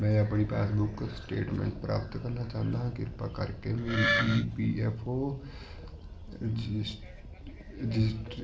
ਮੈਂ ਆਪਣੀ passbook statement ਪ੍ਰਾਪਤ ਕਰਨਾ ਚਾਹੁੰਦਾ ਹਾਂ ਕਿਰਪਾ ਕਰਕੇ ਮੇਰੀ ਈ ਪੀ ਐੱਫ ਓ